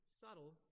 subtle